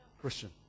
Christian